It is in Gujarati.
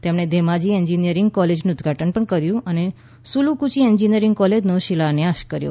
તેમણે ધેમાજી એન્જિનિયરિંગ કોલેજનું ઉદ્વાટન પણ કર્યું અને સુલકુચી એન્જિનિયરિંગ કોલેજનો શિલાન્યાસ કર્યો